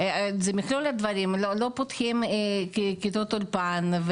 מכלול הדברים, לא פותחים כיתות אולפן,